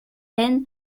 aisne